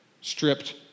Stripped